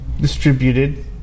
distributed